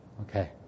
Okay